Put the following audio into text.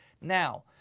Now